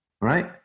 right